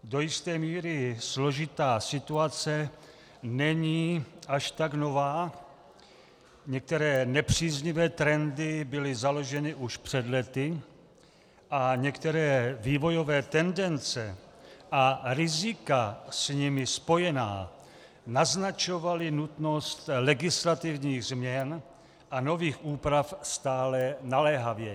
Do jisté míry složitá situace není až tak nová, některé nepříznivé trendy byly založeny už před lety a některé vývojové tendence a rizika s nimi spojená naznačovaly nutnost legislativních změn a nových úprav stále naléhavěji.